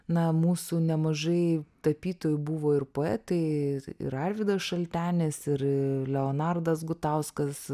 na mūsų nemažai tapytojų buvo ir poetai ir arvydas šaltenis ir leonardas gutauskas